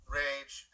rage